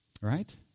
Right